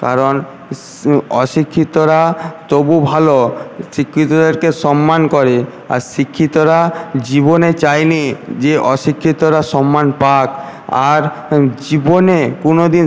কারণ অশিক্ষিতরা তবু ভালো শিক্ষিতদেরকে সম্মান করে আর শিক্ষিতরা জীবনে চায়নি যে অশিক্ষিতরা সম্মান পাক আর জীবনে কোনোদিন